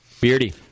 Beardy